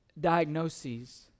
diagnoses